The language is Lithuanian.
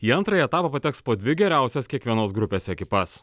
į antrąjį etapą pateks po dvi geriausias kiekvienos grupės ekipas